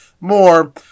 more